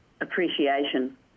appreciation